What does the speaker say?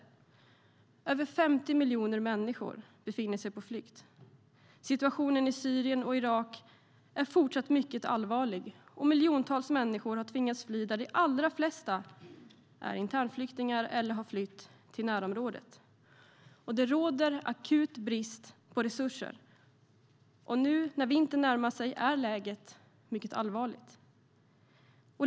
Över 50 miljoner människor befinner sig på flykt. Situationen i Syrien och Irak är fortsatt mycket allvarlig, och miljontals människor har tvingats fly. Av dem är de allra flesta internflyktingar eller har flytt till närområdet. Det råder brist på resurser, och nu när vintern närmar sig är läget mycket allvarligt.